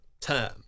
term